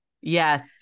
Yes